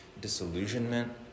disillusionment